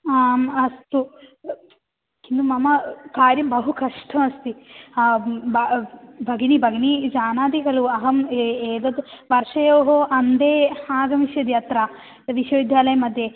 आम् अस्तु किन्तु मम कार्यं बहु कष्टम् अस्ति ब भगिनी भगिनी जानाति खलु अहम् ए एतत् वर्षयोः अन्ते आगमिष्यति अत्र विश्वविद्यालयमध्ये